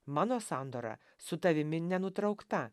mano sandora su tavimi nenutraukta